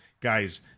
guys